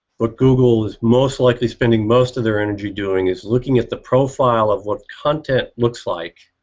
what google is most likely spending most of their energy doing is looking at the profile of what content looks like